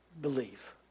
believe